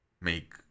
make